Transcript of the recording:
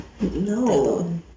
No